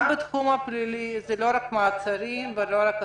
גם בתחום הפלילי זה לא רק מעצרים ולא רק עצורים,